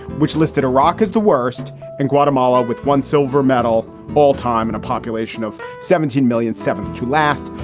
which listed iraq as the worst in guatemala with one silver medal all time and a population of seventeen million, seventh to last.